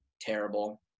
terrible